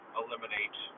eliminate